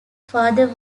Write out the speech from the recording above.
father